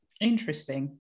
Interesting